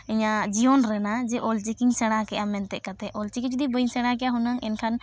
ᱤᱧᱟᱹᱜ ᱡᱤᱭᱚᱱ ᱨᱮᱱᱟᱜ ᱡᱮ ᱚᱞᱪᱤᱠᱤᱧ ᱥᱮᱬᱟ ᱠᱮᱜᱼᱟ ᱢᱮᱱᱛᱮ ᱠᱟᱛᱮᱫ ᱚᱞᱪᱤᱠᱤ ᱡᱩᱫᱤ ᱵᱟᱹᱧ ᱥᱮᱬᱟ ᱠᱮᱭᱟ ᱦᱩᱱᱟᱹᱝ ᱮᱱᱠᱷᱟᱱ